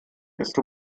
ist